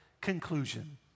conclusion